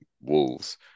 Wolves